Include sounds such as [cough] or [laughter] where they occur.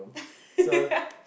[laughs]